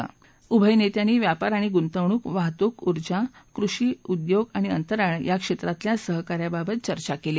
दोन्ही नेत्यांनी व्यापार आणि गुंतवणूक वाहतूक ऊर्जा कृषी उद्योग आणि अंतराळ या क्षेत्रांमधल्या सहकार्याबाबत चर्चा केली